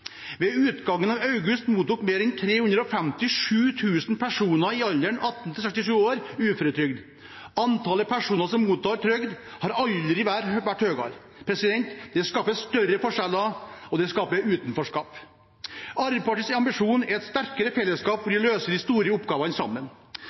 Ved utgangen av august mottok mer enn 357 000 personer i alderen 18–67 år uføretrygd. Antallet personer som mottar trygd, har aldri vært høyere. Det skaper større forskjeller, og det skaper utenforskap. Arbeiderpartiets ambisjon er et sterkere fellesskap